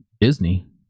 Disney